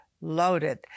loaded